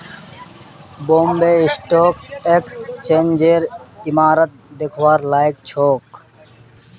Bombay stock एक्सचेंजेर इमारत दखवार लायक छोक